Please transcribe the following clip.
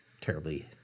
terribly